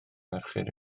merched